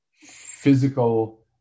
physical